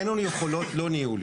אין לנו יכולות לא ניהוליות,